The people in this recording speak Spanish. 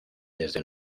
desde